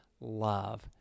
love